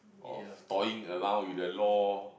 of toying around with the law